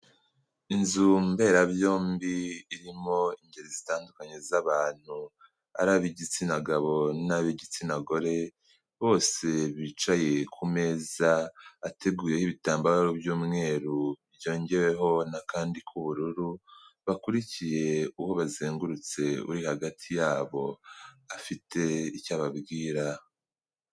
Inzu mberabyombi irimo ingeri zitandukanye z'abantu, ari ab'igitsina gabo n'ab'igitsina gore bose bicaye ku meza ateguyeho ibitambaro by'umweru byongeweho n'akandi k'ubururu, bakurikiye uwo bazengurutse uri hagati yabo afite icyo ababwira.